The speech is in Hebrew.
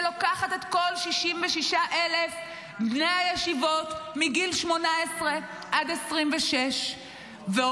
שלוקחת את כל 66,000 בני הישיבות מגיל 18 עד 26 ואומרת